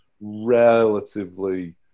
relatively